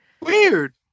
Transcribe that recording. weird